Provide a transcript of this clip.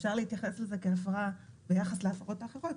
אפשר להתייחס לזה כעזרה ביחס להפרות האחרות.